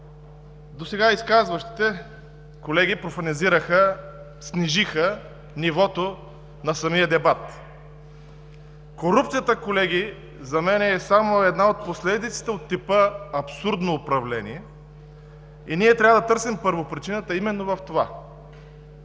досега изказващите колеги профанизираха, снижиха нивото на самия дебат. Корупцията, колеги, за мен е само една от последиците от типа абсурдно управление и ние трябва да търсим първопричината именно в това.